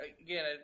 again